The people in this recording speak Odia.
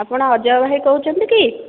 ଆପଣ ଅଜୟ ଭାଇ କହୁଛନ୍ତି କି